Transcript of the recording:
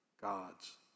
God's